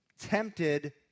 tempted